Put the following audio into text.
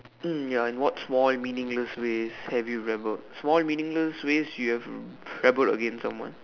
mm ya in what small meaningless ways have you rebelled small meaningless ways you have rebelled against someone